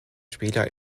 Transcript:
spieler